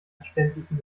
verständlichen